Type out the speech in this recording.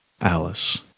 Alice